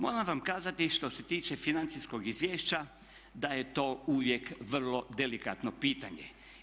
Moram vam kazati što se tiče financijskog izvješća da je to uvijek vrlo delikatno pitanje.